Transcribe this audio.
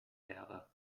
wäre